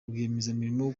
rwiyemezamirimo